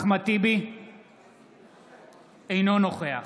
אינו נוכח